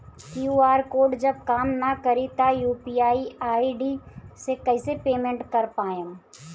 QR code जब काम ना करी त यू.पी.आई आई.डी से कइसे पेमेंट कर पाएम?